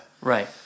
Right